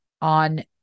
on